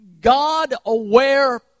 God-aware